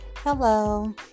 Hello